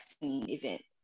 event